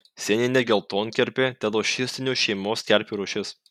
sieninė geltonkerpė telošistinių šeimos kerpių rūšis